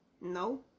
No